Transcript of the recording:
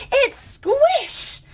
it's squish!